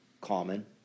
common